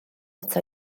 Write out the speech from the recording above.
eto